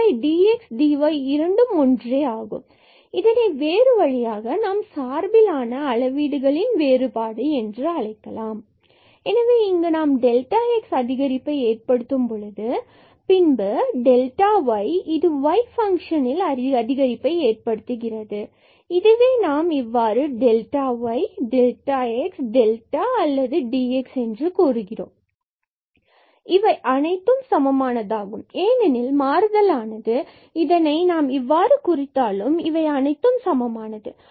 இவை dx dy இரண்டும் ஒன்றே ஆகும் இதனை வேறு வழியாக நாம் சார்பிலான அளவீடுகளில் வேறுபாடு x என்று அழைக்கலாம் எனவே இங்கு நாம் x அதிகரிப்பை ஏற்படுத்தும் போது பின்பு y இது y பங்ஷனில் அதிகரிப்பை ஏற்படுத்துகிறது இதுவே நாம் இவ்வாறுy x and or dx கூறுகிறோம் இவை சமமானதாகும் ஏனெனில் மாறுதல் ஆனது இதனை நாம் இவ்வாறு குறித்தாலும் இவை அனைத்தும் சமமானது